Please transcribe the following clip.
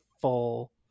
full